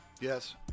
Yes